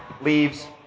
leaves